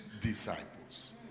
disciples